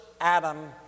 Adam